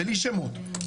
בלי שמות,